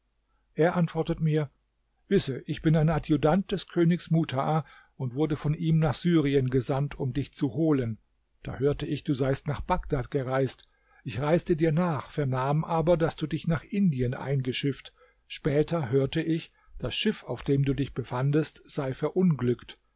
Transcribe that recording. er antwortet mir wisse ich bin ein adjutant des königs mutaa und wurde von ihm nach syrien gesandt um dich zu holen da hörte ich du seist nach bagdad gereist ich reiste dir nach vernahm aber daß du dich nach indien eingeschifft später hörte ich das schiff auf dem du dich befandest sei verunglückt